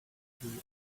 interior